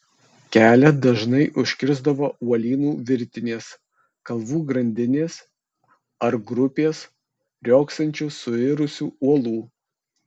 kelią dažnai užkirsdavo uolynų virtinės kalvų grandinės ar grupės riogsančių suirusių uolų